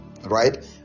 right